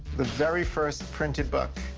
the very first printed book.